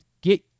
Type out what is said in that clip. get